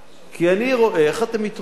כי אני רואה איך אתם מתרוצצים.